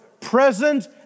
Present